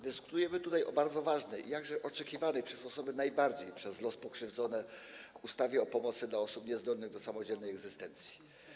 Dyskutujemy tutaj o bardzo ważnej, i jakże oczekiwanej przez osoby najbardziej pokrzywdzone przez los, ustawie o pomocy dla osób niezdolnych do samodzielnej egzystencji.